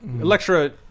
Electra